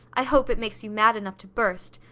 i hope it makes you mad enough to burst,